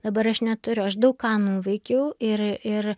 dabar aš neturiu aš daug ką nuveikiau ir ir